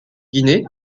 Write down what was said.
guinée